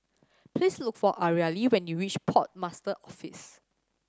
please look for Areli when you reach Port Master's Office